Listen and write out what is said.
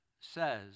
says